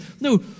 No